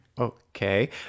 Okay